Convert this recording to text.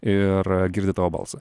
ir girdi tavo balsą